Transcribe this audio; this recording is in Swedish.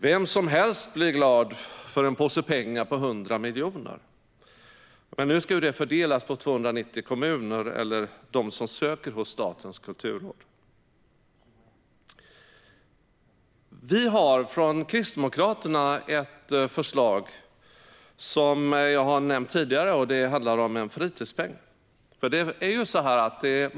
Vem som helst blir glad för en påse pengar på 100 miljoner, men nu ska de fördelas på 290 kommuner eller på dem som söker bidrag hos Statens kulturråd. Kristdemokraterna har ett förslag om en fritidspeng - jag har nämnt det tidigare.